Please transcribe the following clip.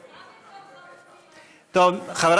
חמוצים,